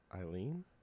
Eileen